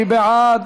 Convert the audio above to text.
מי בעד?